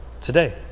today